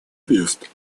арест